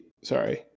sorry